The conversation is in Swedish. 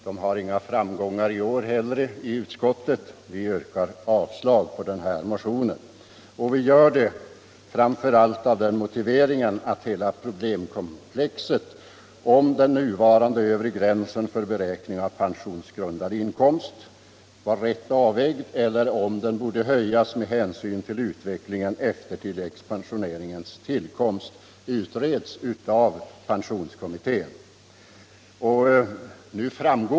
De har inga framgångar i år heller i utskottet — vi avstyrker motionen. Vi gör det framför allt med den motiveringen att hela problemkomplexet beträffande frågan huruvida den nuvarande övre gränsen för beräkning av pensionsgrundande inkomst är rätt avvägd eller bör höjas med hänsyn till utvecklingen efter tilläggspensioneringens tillkomst utreds av pensionskommittén.